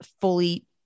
fully